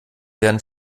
werden